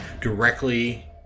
directly